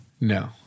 No